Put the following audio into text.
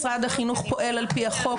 משרד החינוך פועל על-פי החוק.